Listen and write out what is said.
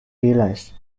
realize